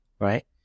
right